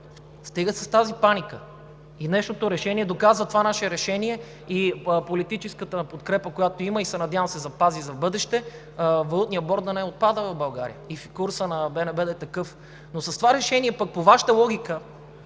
Стига с тази паника! Днешното решение доказа това наше решение и политическата подкрепа, която има. Надявам се да се запази за в бъдеще – валутният борд да не отпада в България, и курсът на БНБ да е такъв. Но с това решение пък по Вашата логика,